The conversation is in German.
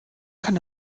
kann